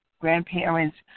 grandparents